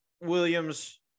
Williams